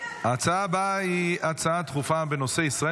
ההצעה הבאה היא הצעה דחופה בנושא: ישראל